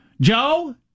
joe